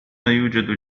يوجد